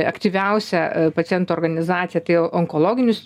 aktyviausia pacientų organizacija tai onkologinius